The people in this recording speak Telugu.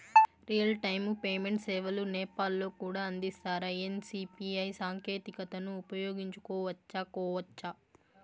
రియల్ టైము పేమెంట్ సేవలు నేపాల్ లో కూడా అందిస్తారా? ఎన్.సి.పి.ఐ సాంకేతికతను ఉపయోగించుకోవచ్చా కోవచ్చా?